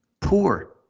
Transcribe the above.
poor